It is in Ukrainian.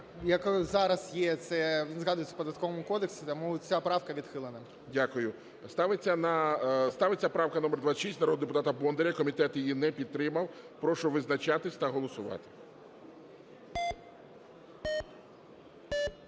як зараз є, це згадується в Податковому кодексі, тому ця правка відхилена. ГОЛОВУЮЧИЙ. Дякую. Ставиться правка номер 26, народного депутата Бондаря. Комітет її не підтримав. Прошу визначатись та голосувати.